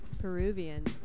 Peruvian